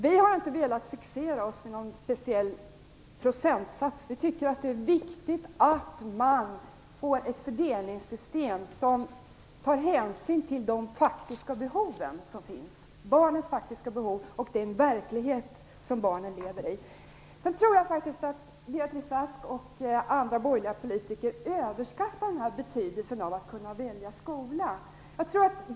Vi har inte velat fixera oss vid någon speciell procentsats, utan vi tycker att det är viktigt att man får ett fördelningssystem som tar hänsyn till barnens faktiska behov och den verklighet som barnen lever i. Sedan tror jag faktiskt att Beatrice Ask och andra borgerliga politiker överskattar betydelsen av att kunna välja skola.